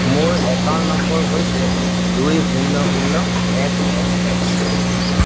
মোৰ account number হৈছৈ দুই শূন্য শূন্য শূন্য এক্স এক্স এক্স